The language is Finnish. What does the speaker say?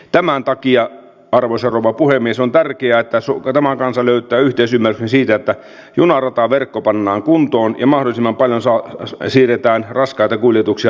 tämän takia arvoisa rouva puhemies on tärkeää että tämä kansa löytää yhteisymmärryksen siitä että junarataverkko pannaan kuntoon ja mahdollisimman paljon siirretään raskaita kuljetuksia rautapyörille